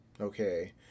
Okay